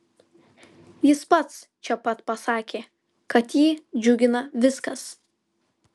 jis pats čia pat pasakė kad jį džiugina viskas